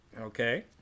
okay